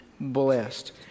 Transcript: blessed